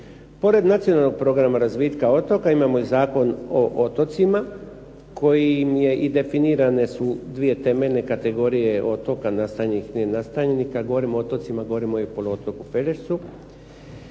Pored Nacionalnog programa razvitka otoka imamo i Zakon o otocima kojim su definirane dvije temeljne kategorije otoka, nastanjenih i nenastanjenih. Kad govorimo o otocima, govorimo i o poluotoku Pelješcu.